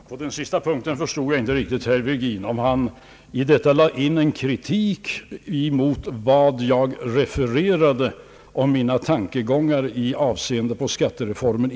Herr talman! På den sista punkten förstod jag inte riktigt, om herr Virgin lade in kritik emot vad jag i mitt första inlägg refererade om mina tankegångar i avseende på skattereformen.